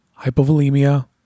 hypovolemia